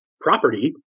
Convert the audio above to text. property